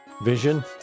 vision